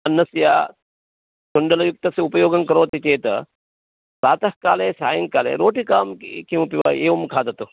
अन्नस्य तण्डुलयुक्तस्य उपयोगं करोति चेत् प्रातःकाले सायङ्काले रोटिकां क् किमपि वा एवं खादतु